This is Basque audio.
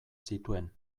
zituen